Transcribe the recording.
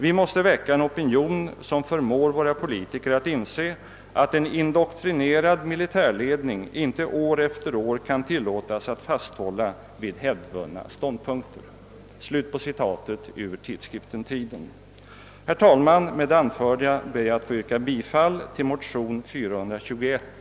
Vi måste väcka en opinion som förmår våra politiker att inse att en indoktrinerad militärledning inte år efter år kan tillåtas att fasthålla vid hävdvunna ståndpunkter.” Herr talman! Med det anförda ber jag att få yrka bifall till motionen I1:421.